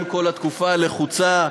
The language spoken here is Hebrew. עם כל התקופה הלחוצה,